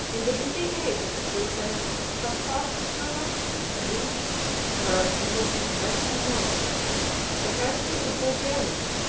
in the busy age of the crusades, some sparks of curiosity and reason were rekindled in the western world the heresy of bulgaria,